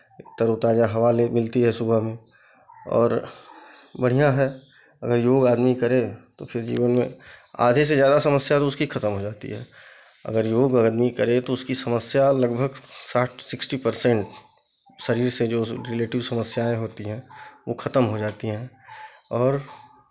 तरोताज़ा हवा ले मिलती है सुबह में और बढ़ियाँ है अगर योग आदमी करे तो फिर जीवन में आधे से ज़्यादा समस्या तो उसकी खतम हो जाती है अगर योग आदमी करे तो उसकी समस्या लगभग साठ सिक्स्टी पर्सेन्ट शरीर से जो रिलेटिव समस्याएं होती हैं वो खतम हो जाती हैं और